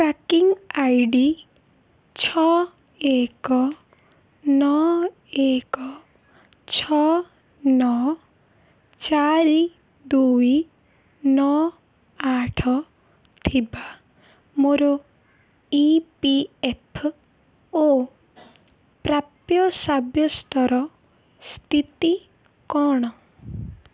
tracking ID ଛଅ ଏକ ନଅ ଏକ ଛଅ ନଅ ଚାରି ଦୁଇ ନଅ ଆଠ ଥିବା ମୋର ଇ ପି ଏଫ୍ ଓ ପ୍ରାପ୍ୟ ସାବ୍ୟସ୍ତର ସ୍ଥିତି କ'ଣ